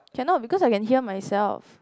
cannot because I can hear myself